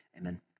amen